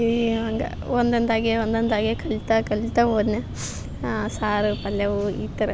ಹಿ ಹಾಗ ಒಂದೊಂದಾಗಿ ಒಂದೊಂದಾಗಿ ಕಲಿತಾ ಕಲಿತಾ ಹೋದ್ನೆ ಹಾಂ ಸಾರು ಪಲ್ಯವೂ ಈ ಥರ